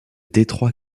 détroit